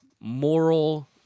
moral